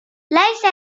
ليس